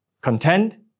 Contend